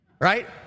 right